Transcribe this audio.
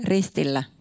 Ristillä